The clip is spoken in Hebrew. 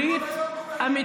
ברית אמיצה.